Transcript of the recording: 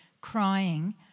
crying